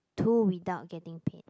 to without getting paid